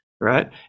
right